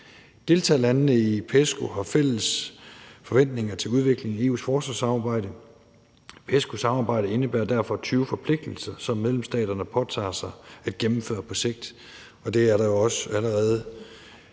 Deltagerlandene i PESCO har fælles forventninger til udviklingen i EU's forsvarssamarbejde. PESCO-samarbejdet indebærer derfor 20 forpligtelser, som medlemsstaterne påtager sig at gennemføre på sigt, og det er der jo også allerede